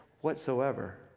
whatsoever